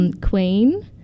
Queen